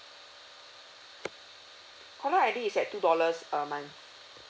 caller I_D is at two dollars a month